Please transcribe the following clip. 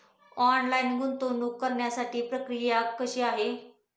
Online गुंतवणूक करण्यासाठी प्रक्रिया कशी आहे?